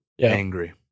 Angry